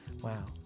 Wow